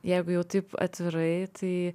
jeigu jau taip atvirai tai